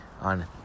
on